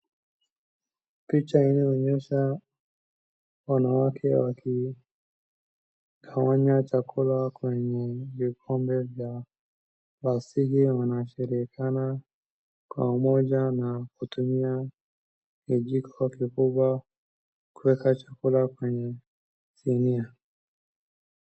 Picha inayoonyesha wanawake wakigawanya chakula kwenye vikombe vya plastiki, wanashirikiana kwa umoja na kutumia kijiko kikubwa kueka chakula kwenye sinia.